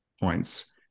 points